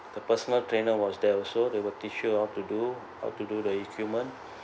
the personal trainer was there also they will teach you how to do how to do the equipment